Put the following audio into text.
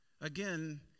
Again